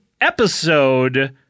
episode